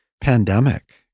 pandemic